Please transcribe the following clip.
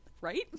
Right